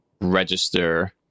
register